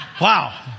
wow